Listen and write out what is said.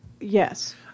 Yes